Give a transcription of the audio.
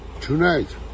tonight